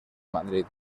madrid